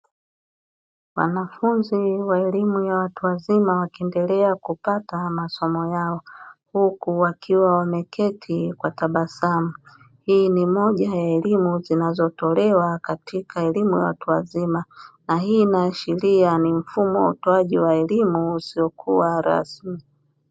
Wanafunzi wa elimu ya watu wazima wakiendelea kupata masomo yao, huku wakiwa wameketi kwa tabasamu. Hii ni moja ya elimu zinazotolewa katika elimu ya watu wazima na hii inaashiria ni mfumo wa utoaji wa elimu usiokuwa rasmi.